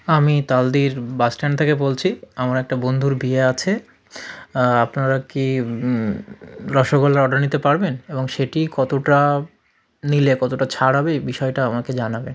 আমি তালদির বাসস্ট্যান্ড থেকে বলছি আমার একটা বন্ধুর বিয়ে আছে আপনারা কি রসগোল্লার অর্ডার নিতে পারবেন এবং সেটি কতটা নিলে কতটা ছাড় হবে এই বিষয়টা আমাকে জানাবে